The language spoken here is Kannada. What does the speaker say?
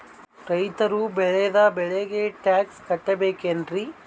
ರೈತರು ಬೆಳೆದ ಬೆಳೆಗೆ ಟ್ಯಾಕ್ಸ್ ಕಟ್ಟಬೇಕೆನ್ರಿ?